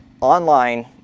online